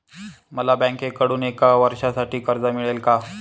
मला बँकेकडून एका वर्षासाठी कर्ज मिळेल का?